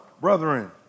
Brethren